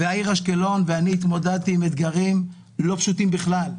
העיר אשקלון ואני התמודדנו עם אתגרים לא פשוטים בכלל.